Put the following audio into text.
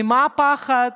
ממה הפחד?